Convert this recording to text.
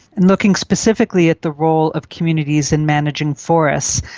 and looking specifically at the role of communities in managing forests,